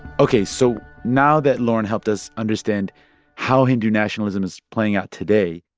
ok. so now that lauren helped us understand how hindu nationalism is playing out today,